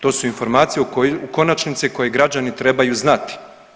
To su informacije u konačnici koje građani trebaju znati.